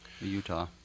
Utah